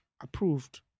approved